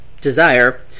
desire